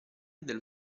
dello